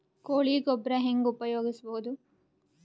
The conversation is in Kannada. ಕೊಳಿ ಗೊಬ್ಬರ ಹೆಂಗ್ ಉಪಯೋಗಸಬಹುದು?